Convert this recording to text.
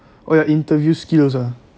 oh your interview skills ah